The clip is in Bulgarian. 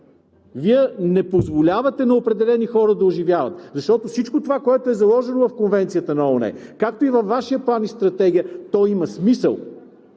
Вие не позволявате на определени хора да оживяват, защото всичко това, което е заложено в Конвенцията на ООН, както и във Вашия план и стратегия, то има смисъл.